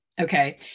Okay